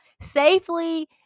safely